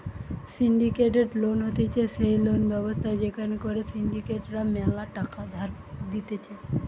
syndicated loan হতিছে সেই loan ব্যবস্থা যেখান করে সিন্ডিকেট রা ম্যালা টাকা ধার দিতেছে